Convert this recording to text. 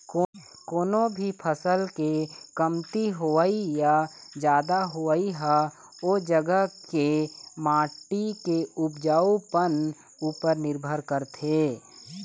कोनो भी फसल के कमती होवई या जादा होवई ह ओ जघा के माटी के उपजउपन उपर निरभर करथे